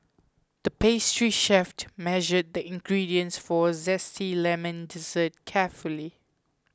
the pastry chef measured the ingredients for a zesty lemon dessert carefully